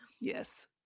Yes